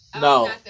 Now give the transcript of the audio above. No